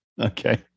Okay